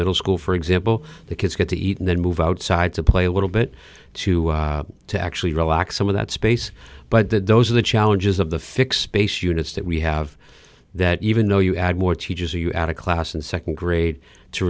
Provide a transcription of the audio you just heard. middle school for example the kids get to eat and then move outside to play a little bit too to actually relax some of that space but those are the challenges of the fixed base units that we have that even though you add more teachers or you out of class and second grade to